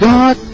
God